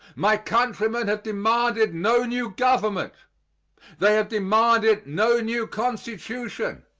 my countrymen have demanded no new government they have demanded no new constitution.